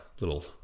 little